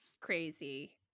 crazy